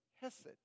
hesed